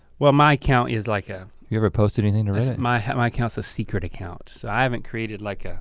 well my account is like a you ever posted anything to reddit? my my account's a secret account so i haven't created like a,